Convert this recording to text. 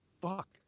fuck